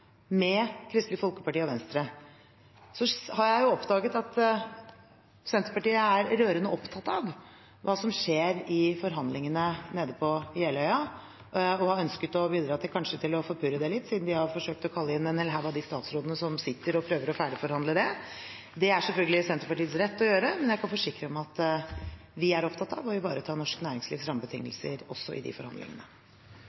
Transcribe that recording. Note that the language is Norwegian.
med Kristelig Folkeparti og Venstre. Så har jeg oppdaget at Senterpartiet er rørende opptatt av hva som skjer i forhandlingene på Jeløya, og kanskje har ønsket å bidra til å forpurre det litt, siden de har forsøkt å kalle inn en hel haug av de statsrådene som sitter og prøver å forhandle ferdig. Det er selvfølgelig Senterpartiets rett å gjøre det. Men jeg kan forsikre om at vi er opptatt av å ivareta norsk næringslivs